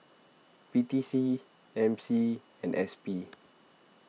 P T C M C and S P